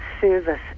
service